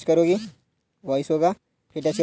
capital market फंडों के supplier और यूजर से बने होते हैं